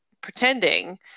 pretending